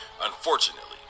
Unfortunately